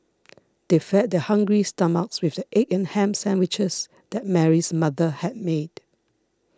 they fed their hungry stomachs with the egg and ham sandwiches that Mary's mother had made